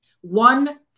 One